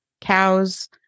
cows